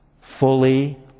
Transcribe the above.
fully